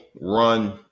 run